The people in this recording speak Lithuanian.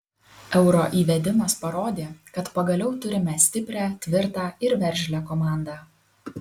euro įvedimas parodė kad pagaliau turime stiprią tvirtą ir veržlią komandą